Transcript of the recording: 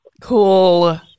cool